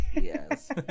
Yes